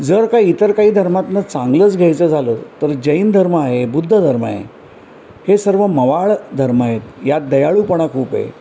जर काही इतर काही धर्मातून चांगलंच घ्यायचं झालं तर जैन धर्म आहे बुद्ध धर्म आहे हे सर्व मवाळ धर्म आहेत यात दयाळूपणा खूप आहे